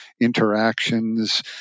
interactions